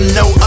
no